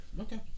Okay